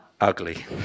Ugly